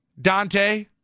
Dante